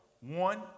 One